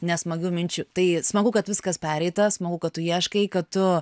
nesmagių minčių tai smagu kad viskas pereita smagu kad tu ieškai kad tu